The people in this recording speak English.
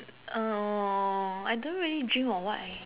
uh I don't really dream of what eh